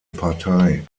partei